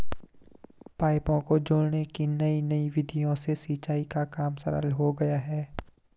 पाइपों को जोड़ने की नयी नयी विधियों से सिंचाई का काम सरल हो गया है